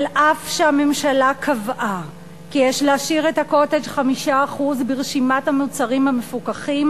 אף שהממשלה קבעה כי יש להשאיר את ה"קוטג'" 5% ברשימת המוצרים המפוקחים,